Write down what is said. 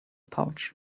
pouch